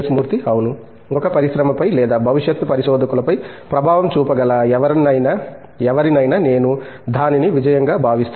మూర్తి అవును ఒక పరిశ్రమపై లేదా భవిష్యత్ పరిశోధకులపై ప్రభావం చూపగల ఎవరినైనా నేను దానిని విజయంగా భావిస్తాను